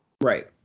Right